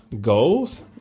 goals